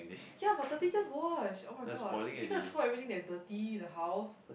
ya but the teachers wash [oh]-my-god is she going to throw everything that is dirty in the house